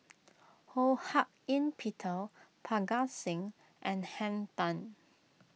Ho Hak Ean Peter Parga Singh and Henn Tan